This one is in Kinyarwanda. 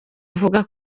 avuga